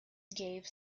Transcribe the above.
gave